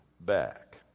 back